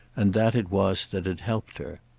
and that it was that had helped her.